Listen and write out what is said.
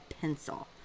pencil